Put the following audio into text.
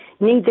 need